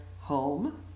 home